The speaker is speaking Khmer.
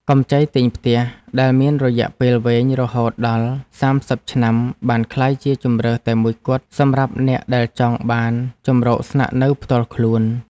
កម្ចីទិញផ្ទះដែលមានរយៈពេលវែងរហូតដល់សាមសិបឆ្នាំបានក្លាយជាជម្រើសតែមួយគត់សម្រាប់អ្នកដែលចង់បានជម្រកស្នាក់នៅផ្ទាល់ខ្លួន។